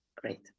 Great